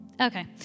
Okay